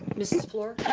mrs. fluor?